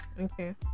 Okay